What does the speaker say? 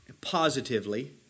positively